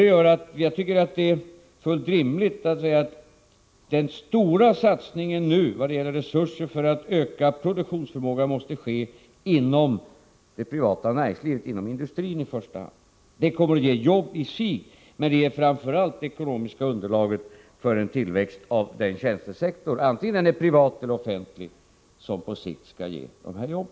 Därför tycker jag att det är fullt rimligt att den stora satsningen nu av resurser för att öka produktionsförmågan måste ske inom det privata näringslivet, i första hand inom industrin. Det kommer att ge jobb isig, men det ger framför allt det ekonomiska underlaget för en tillväxt avden — Nr 49 tjänstesektor-— vare sig den är privat eller offentlig — som på sikt skall ge flera Onsdagen den jobb.